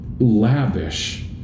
lavish